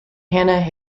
hannah